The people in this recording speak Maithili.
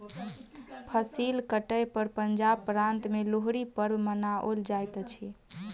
फसिल कटै पर पंजाब प्रान्त में लोहड़ी पर्व मनाओल जाइत अछि